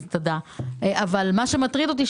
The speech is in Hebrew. מה שמטריד אותי,